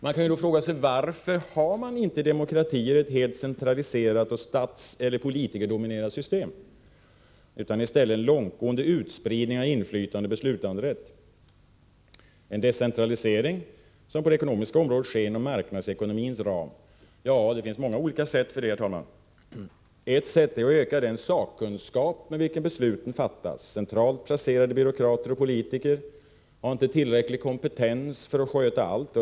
Man kan fråga sig: Varför har man inte i demokratier ett helt centraliserat, politikerdominerat system utan i stället en långtgående utspridning av inflytande och beslutsrätt, en decentralisering som på det ekonomiska området sker inom marknadsekonomins ram? Ja, det finns många skäl för det. Ett skäl är att man vill öka den sakkunskap med vilken beslut fattas. Centralt placerade byråkrater och politiker har inte tillräcklig kompetens för att sköta allt.